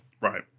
Right